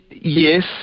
Yes